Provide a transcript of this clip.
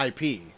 IP